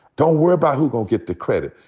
don't worry about who gonna get the credit.